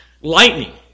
lightning